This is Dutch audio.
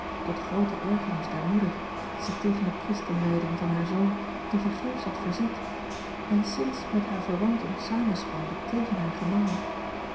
tot groote ergernis der moeder die zich tegen het christen wijden van haar zoon tevergeefs had verzet en sinds met hare verwanten samenspande tegen haar gemaal